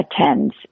attends